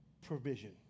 provision